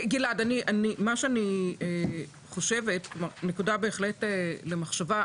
גלעד, זו נקודה בהחלט למחשבה.